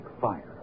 fire